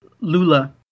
Lula